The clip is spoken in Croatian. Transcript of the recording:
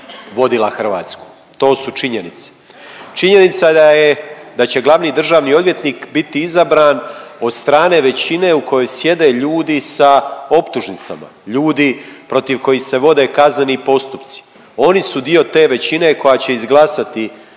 vodila Hrvatsku. To su činjenice. Činjenica da je, da će glavni državni odvjetnik biti izabran od strane većine u kojoj sjede ljudi sa optužnicama, ljudi protiv kojih se vode kazneni postupci, oni su dio te većine koja će izglasati